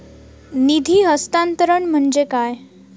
निधी हस्तांतरण म्हणजे काय?